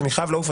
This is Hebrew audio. אני חייב לצאת,